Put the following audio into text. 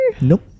Nope